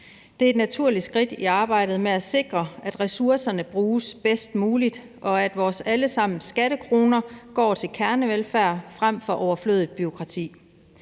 Det er et naturligt skridt i arbejdet med at sikre, at ressourcerne bruges bedst muligt, og at vores alle sammens skattekroner går til kernevelfærd frem for overflødigt bureaukrati.